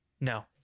no